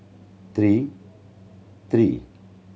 three three